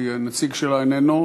כי הנציג שלה איננו.